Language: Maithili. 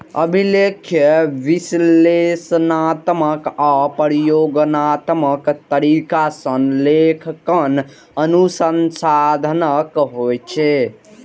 अभिलेखीय, विश्लेषणात्मक आ प्रयोगात्मक तरीका सं लेखांकन अनुसंधानक होइ छै